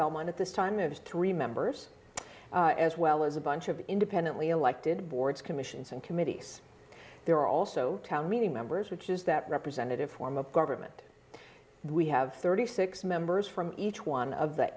belmont at this time is three members as well as a bunch of independently elected boards commissions and committees there are also town meeting members which is that representative form of government we have thirty six dollars members from each one of the